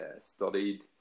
studied